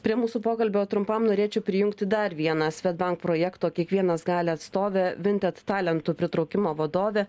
prie mūsų pokalbio trumpam norėčiau prijungti dar vieną svedbank projekto kiekvienas gali atstovę vintet talentų pritraukimo vadovę